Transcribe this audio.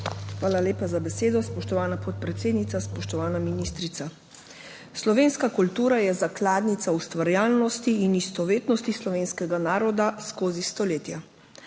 Hvala lepa za besedo, spoštovana podpredsednica. Spoštovana ministrica! Slovenska kultura je zakladnica ustvarjalnosti in istovetnosti slovenskega naroda skozi stoletja.